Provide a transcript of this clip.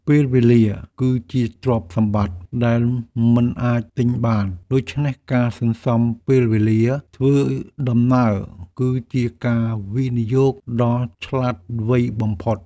ពេលវេលាគឺជាទ្រព្យសម្បត្តិដែលមិនអាចទិញបាន ដូច្នេះការសន្សំពេលវេលាធ្វើដំណើរគឺជាការវិនិយោគដ៏ឆ្លាតវៃបំផុត។